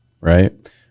Right